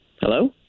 Hello